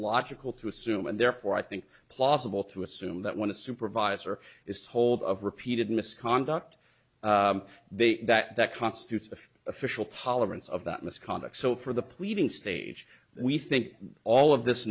logical to assume and therefore i think plausible to assume that when a supervisor is told of repeated misconduct they that that constitutes a official tolerance of that misconduct so for the pleading stage we think all of this